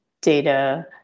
data